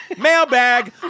mailbag